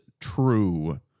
true